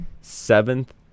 Seventh